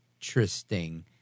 interesting